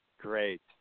Great